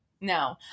No